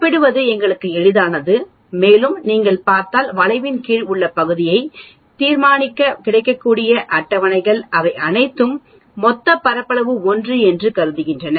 ஒப்பிடுவது எங்களுக்கு எளிதானது மேலும் நீங்கள் பார்த்தால் வளைவின் கீழ் உள்ள பகுதியை தீர்மானிக்க கிடைக்கக்கூடிய அட்டவணைகள் அவை அனைத்தும் மொத்த பரப்பளவு 1 என்று கருதுகின்றன